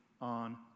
on